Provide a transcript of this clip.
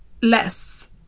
less